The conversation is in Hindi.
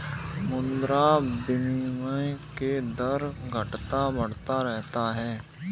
मुद्रा विनिमय के दर घटता बढ़ता रहता है